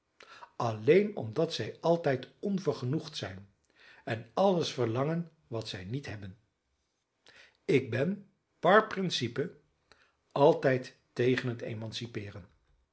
alleen omdat zij altijd onvergenoegd zijn en alles verlangen wat zij niet hebben ik ben par principe altijd tegen het